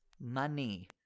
money